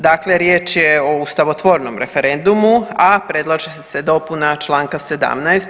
Dakle, riječ je o ustavotvornom referendumu, a predlaže se dopuna Članka 17.